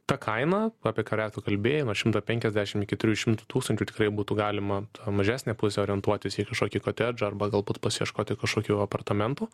ta kaina apie kurią tu kalbėjai nuo šimto penkiasdešimt iki trijų šimtų tūkstančių tikrai būtų galima tą mažesnę pusę orientuotis į kokį kotedžą arba galbūt pasieškoti kažkokių apartamentų